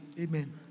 Amen